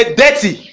dirty